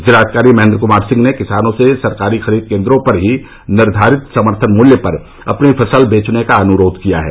जिलाधिकारी महेंद्र बहादुर सिंह ने किसानों से सरकारी खरीद केंद्रों पर ही निर्धारित समर्थन मूल्य पर अपनी फसल बेचने का अनुरोध किया है